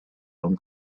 own